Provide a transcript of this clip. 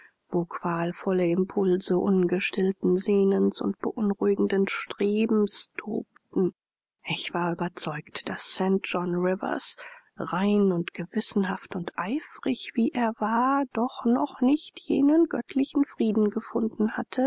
wo qualvolle impulse ungestillten sehnens und beunruhigenden strebens tobten ich war überzeugt daß st john rivers rein und gewissenhaft und eifrig wie er war doch noch nicht jenen göttlichen frieden gefunden hatte